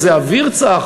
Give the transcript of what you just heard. איזה אוויר צח.